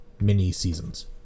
mini-seasons